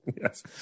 yes